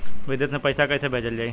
विदेश में पईसा कैसे भेजल जाई?